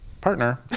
partner